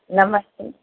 नमस्ते